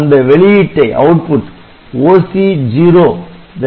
அந்த வெளியீட்டை OC0 i